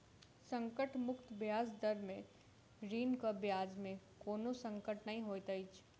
संकट मुक्त ब्याज दर में ऋणक ब्याज में कोनो संकट नै होइत अछि